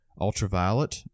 ultraviolet